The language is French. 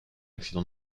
accident